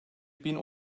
bin